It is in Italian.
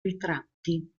ritratti